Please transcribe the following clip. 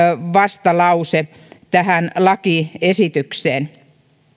vastalause tähän lakiesitykseen